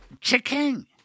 Chicken